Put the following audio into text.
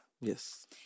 Yes